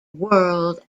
world